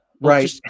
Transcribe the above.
right